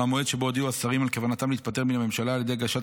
מהמועד שבו הודיעו השרים על כוונתם להתפטר מן הממשלה על ידי הגשת